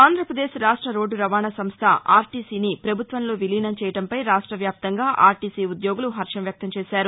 ఆంధ్రప్రదేశ్ రాష్ట రోడ్డు రవాణా సంస్థ ఆర్టీసీ ని ప్రభుత్వంలో విలీనం చేయడంపై రాష్ట వ్యాప్తంగా ఆర్టీసీ ఉద్యోగులు హర్షం వ్యక్తం చేశారు